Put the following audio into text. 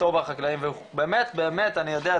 ובאמת אני יודע,